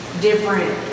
different